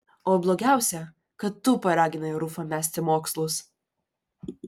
o blogiausia kad tu paraginai rufą mesti mokslus